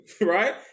right